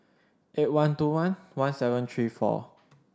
eight one two one one seven three four